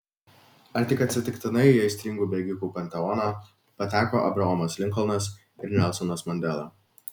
ar tik atsitiktinai į aistringų bėgikų panteoną pateko abraomas linkolnas ir nelsonas mandela